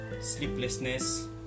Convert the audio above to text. sleeplessness